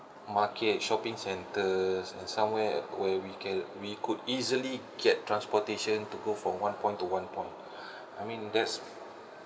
market shopping centres and somewhere where we can we could easily get transportation to go from one point to one point I mean that's